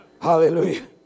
Hallelujah